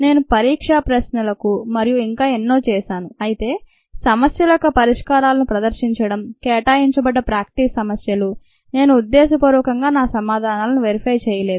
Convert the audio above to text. నేను పరీక్ష ప్రశ్నలకు మరియు ఇంకా ఎన్నో చేశాను అయితే సమస్యల యొక్క పరిష్కారాలను ప్రదర్శించడం కేటాయించబడ్డ ప్రాక్టీస్ సమస్యలు నేను ఉద్దేశ్యపూర్వకంగా నా సమాధానాలను వెరిఫై చేయలేదు